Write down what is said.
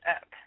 up